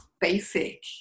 basic